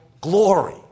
glory